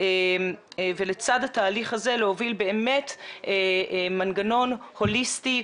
ולצד התהליך הזה להוביל באמת מנגנון הוליסטי,